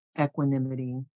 equanimity